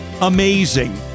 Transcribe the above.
amazing